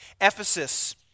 Ephesus